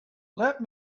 let